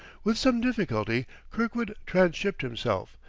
with some difficulty kirkwood transhipped himself,